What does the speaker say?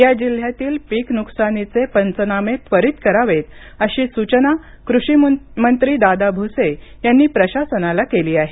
या जिल्ह्यातील पिक नुकसानीचे पंचनामे त्वरीत करावेत अशी सुचना कृषि मंत्री दादा भुसे यांनी प्रशासनाला केली आहे